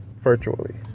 virtually